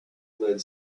led